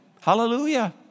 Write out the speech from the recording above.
Hallelujah